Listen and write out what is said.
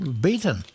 beaten